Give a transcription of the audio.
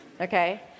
okay